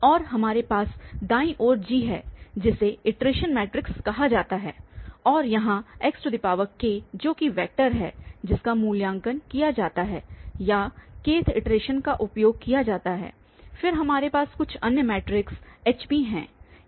और हमारे पास दाईं ओर G है जिसे इटरेशन मैट्रिक्स कहा जाता है और यहाँ xk जो कि वेक्टर है जिसका मूल्यांकन किया जाता है या kth इटरेशन पर उपयोग किया जाता है फिर हमारे पास कुछ अन्य मैट्रिक्स Hb है